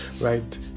right